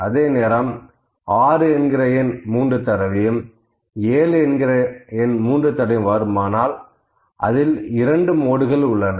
அதே நேரம் 6 என்கிற எண் 3 தடவையும் 7 என்கிற எண் 3 தடவையும் வருமானால் அதில் 2 மோடுகள் உள்ளன